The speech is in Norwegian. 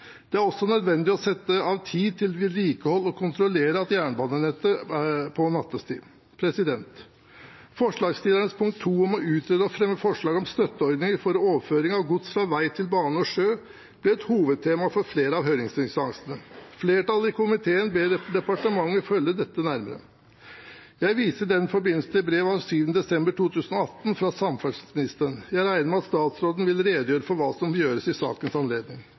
Det er også nødvendig å sette av tid til vedlikehold og kontroller av jernbanenettet på nattestid. Forslagsstillernes punkt 2 om å utrede og fremme forslag om støtteordning for overføring av gods fra vei til bane og sjø ble et hovedtema for flere av høringsinstansene. Flertallet i komiteen ber departementet følge dette nærmere. Jeg viser i denne forbindelse til brev av 7. desember 2018 fra samferdselsministeren. Jeg regner med at statsråden vil redegjøre for hva som gjøres i sakens anledning.